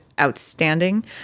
outstanding